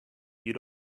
you